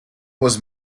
was